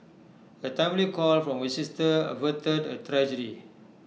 A timely call from her sister averted A tragedy